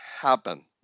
happen